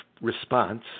response